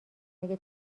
اگه